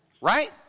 right